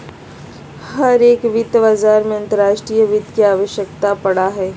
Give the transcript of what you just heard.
हर एक वित्त बाजार में अंतर्राष्ट्रीय वित्त के आवश्यकता पड़ा हई